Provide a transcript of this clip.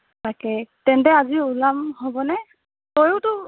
তাকে তেন্তে আজি ওলাম হ'ব নে তয়োতো